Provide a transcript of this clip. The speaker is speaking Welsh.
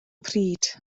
pryd